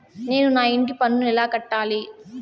నేను నా ఇంటి పన్నును ఎలా కట్టాలి?